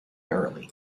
early